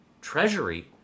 treasury